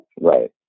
right